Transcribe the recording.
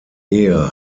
ehe